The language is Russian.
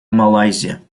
малайзия